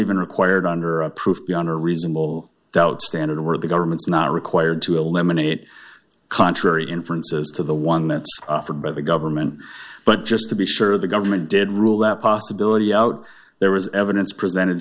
even required under a proof beyond a reasonable doubt standard where the government's not required to eliminate contrary inferences to the one that's offered by the government but just to be sure the government did rule that possibility out there was evidence presented